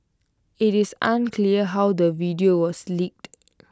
IT is unclear how the video was leaked